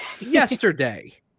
yesterday